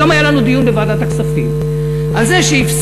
היום היה לנו דיון בוועדת הכספים על זה שהפסיקו